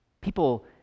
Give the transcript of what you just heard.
People